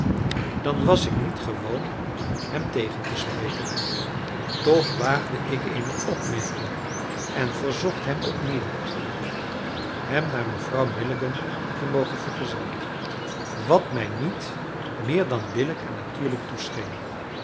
dan was ik niet gewoon hem tegen te spreken toch waagde ik eene opmerking en verzocht hem opnieuw hem naar mevrouw milligan te mogen vergezellen wat mij niet meer dan billijk en natuurlijk